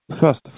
First